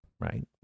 right